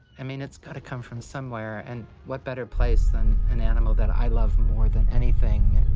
i mean, it's got to come from somewhere and what better place than an animal that i love more than anything